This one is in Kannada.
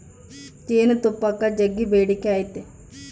ಜೇನುತುಪ್ಪಕ್ಕ ಜಗ್ಗಿ ಬೇಡಿಕೆ ಐತೆ